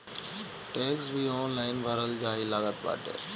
tax भी online भरल जाए लागल बाटे